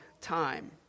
time